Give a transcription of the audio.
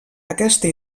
aquesta